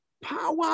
Power